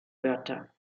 wörter